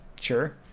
sure